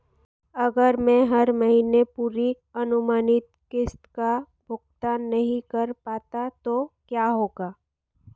अगर मैं हर महीने पूरी अनुमानित किश्त का भुगतान नहीं कर पाता तो क्या होगा?